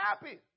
happy